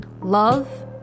love